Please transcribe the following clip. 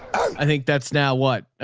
i think that's now what?